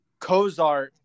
Cozart